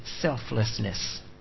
selflessness